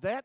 that